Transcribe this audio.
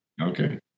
Okay